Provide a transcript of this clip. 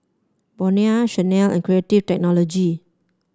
Bonia Chanel and Creative Technology